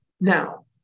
Now